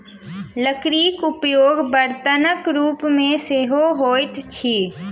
लकड़ीक उपयोग बर्तनक रूप मे सेहो होइत अछि